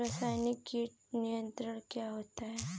रसायनिक कीट नियंत्रण क्या होता है?